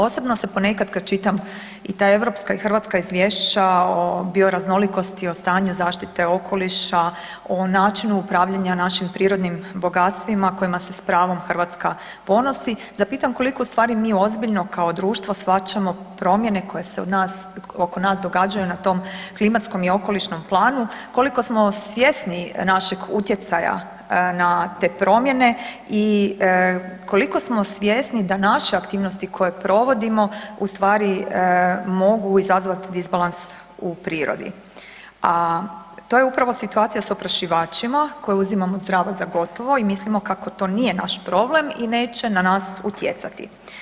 Osobno se ponekad, kad čitam i ta europska i hrvatska izvješća o bioraznolikosti, o stanju zaštite okoliša, a načinu upravljanja našim prirodnim bogatstvima kojima se s pravom Hrvatska ponosi, zapitam koliko ustvari mi ozbiljno kao društvo shvaćamo promjene koje se oko nas događaju na tom klimatskom i okolišnom planu, koliko smo svjesni našeg utjecaja na te promjene i koliko smo svjesni da naše aktivnosti koje provodimo ustvari mogu izazvati disbalans u prirodi, a to je upravo situacija s oprašivačima koje uzimamo zdravo za gotovo i mislimo kako to nije naš problem i neće na nas utjecati.